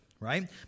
Right